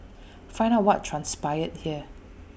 find out what transpired here